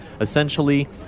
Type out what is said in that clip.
essentially